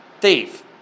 thief